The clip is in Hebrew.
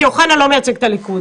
ולי אין דעה?